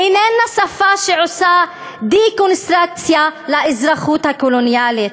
איננה שפה שעושה דקונסטרוקציה לאזרחות הקולוניאלית,